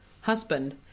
husband